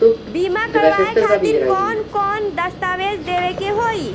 बीमा करवाए खातिर कौन कौन दस्तावेज़ देवे के होई?